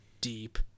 Deep